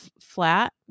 flat